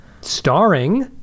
starring